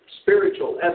spiritual